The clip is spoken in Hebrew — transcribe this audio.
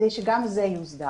כדי שגם זה יוסדר.